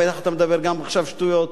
בטח אתה מדבר גם עכשיו שטויות,